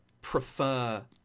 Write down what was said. prefer